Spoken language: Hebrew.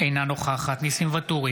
אינה נוכחת ניסים ואטורי,